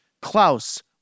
Klaus